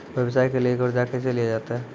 व्यवसाय के लिए कर्जा कैसे लिया जाता हैं?